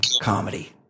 comedy